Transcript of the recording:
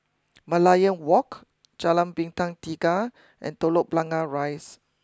Merlion walk Jalan Bintang Tiga and Telok Blangah Rise